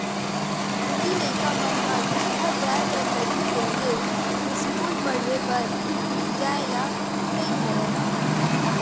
टूरी लइका मन दूरिहा जाय बर लगही कहिके अस्कूल पड़हे बर जाय ल नई धरय ना